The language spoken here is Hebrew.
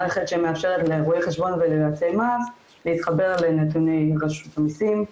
מערכת שמאפשרת לרואי חשבון וליועצי מס להתחבר לנתוני רשות המסים,